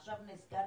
עכשיו נזכרתי.